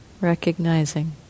recognizing